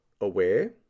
aware